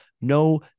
no